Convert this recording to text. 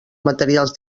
materials